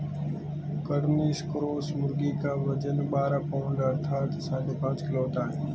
Cornish cross मुर्गी का वजन बारह पाउण्ड अर्थात साढ़े पाँच किलो होता है